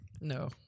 No